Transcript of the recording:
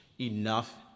enough